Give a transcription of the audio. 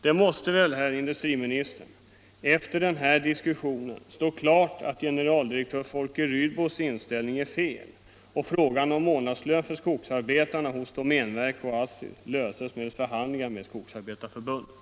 Det måste väl, herr industriminister, efter den här diskussionen stå klart att generaldirektör Folke Rydbos inställning är felaktig och att frågan om månadslön för skogsarbetarna hos domänverket och ASSI bör lösas medelst förhandlingar med Skogsarbetareförbundet?